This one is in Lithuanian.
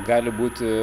gali būti